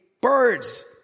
birds